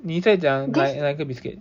你在讲 like 哪个 biscuit